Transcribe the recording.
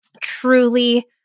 truly